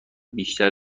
بیشتر